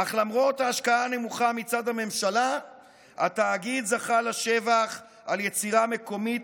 אך למרות ההשקעה הנמוכה מצד הממשלה התאגיד זכה לשבח על יצירה מקומית,